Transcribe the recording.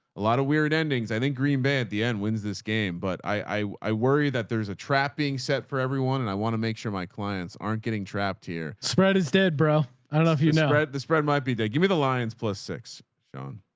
a lot of weird endings. i think green bay at the end wins this game. but i, i worry that there's a trapping set for everyone. and i want to make sure my clients aren't getting trapped here. spread is dead, bro. i don't know if you're spread. the spread might be. they give me the lions plus six, sean.